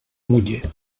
muller